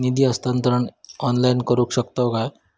निधी हस्तांतरण ऑनलाइन करू शकतव काय?